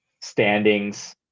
standings